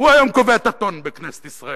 הוא היום קובע את הטון בכנסת ישראל.